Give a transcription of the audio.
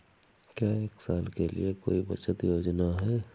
क्या एक साल के लिए कोई बचत योजना है?